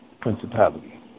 principality